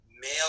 male